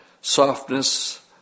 softness